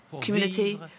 Community